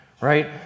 right